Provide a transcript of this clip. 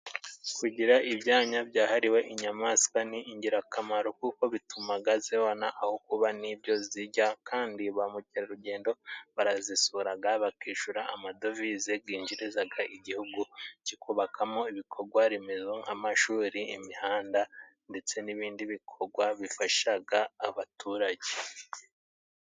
Kugira ibyanya byahariwe inyamaswa ni ingirakamaro kuko bitumaga zibona aho kuba n'ibyo zijya, kandi ba mukerarugendo barazisuraga bakishura amadovize ginjirizaga igihugu kikubakamo ibikogwaremezo nk'amashuri, imihanda ,ndetse n'ibindi bikogwa bifashaga abaturage.